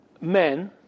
men